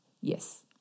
Yes